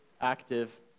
active